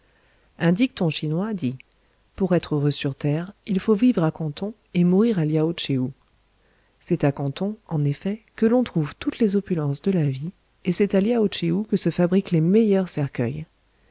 un dicton chinois dit pour être heureux sur terre il faut vivre à canton et mourir à liao tchéou c'est à canton en effet que l'on trouve toutes les opulences de la vie et c'est à liao tchéou que se fabriquent les meilleurs cercueils